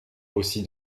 aussi